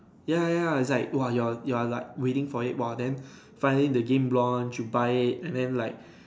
ya ya ya that !woah! you're you're like waiting for it whoa then finally the game launch you buy it and then like